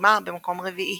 שסיימה במקום רביעי